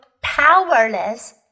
powerless